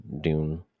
Dune